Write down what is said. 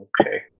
okay